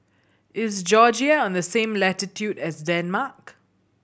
is Georgia on the same latitude as Denmark